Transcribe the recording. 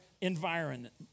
environment